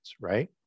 right